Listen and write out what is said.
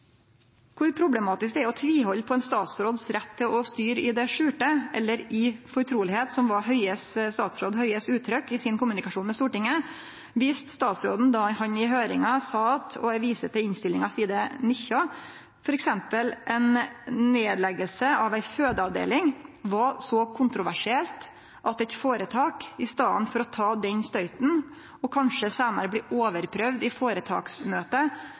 Kor problematisk det er å tvihalde på ein statsråds rett til å styre i det skjulte, eller «i fortrolighet», som var statsråd Høies uttrykk i hans kommunikasjon med Stortinget, viste statsråden då han i høyringa sa at – og eg viser til innstillinga side 19 – f.eks. ei nedlegging av ei fødeavdeling var så kontroversielt at eit føretak i staden for å ta den støyten og kanskje seinare bli overprøvt i